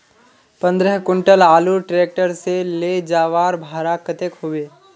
पंद्रह कुंटल आलूर ट्रैक्टर से ले जवार भाड़ा कतेक होबे?